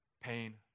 Pain